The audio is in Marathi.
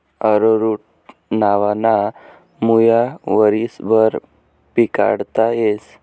अरोरुट नावना मुया वरीसभर पिकाडता येस